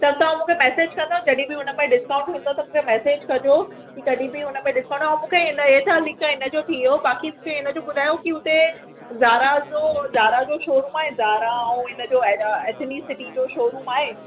त तव्हां मूंखे मैसेज कंदा जॾहिं बि हुन मां डिस्काउंट ईंदो त मैसेज कजो की कॾहिं बि हुनमें डिस्काउंट ऐं मूंखे हुनमें हे छा लिखियो आहे हिन जो थी वियो बाक़ी हुते हिनजो ॿुधायो की हुते ज़ारा जो ज़ारा जो शोरूम आहे ज़ारा ऐं हिन जो ए एथनी सिटी जो शोरूम आहे